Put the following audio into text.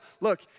look